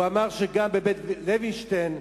שלכם, והוא אמר שגם ב"בית לוינשטיין"